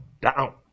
down